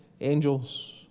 angels